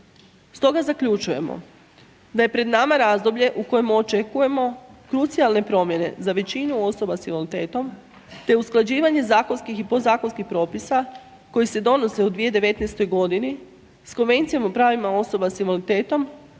Stoga zaključujemo da je pred nama razdoblje u kojem očekujemo krucijalne promjene za većinu osoba sa invaliditetom te usklađivanje zakonskih i podzakonskih propisa koji se donose u 2019. s Konvencijom i pravima osoba sa invaliditetom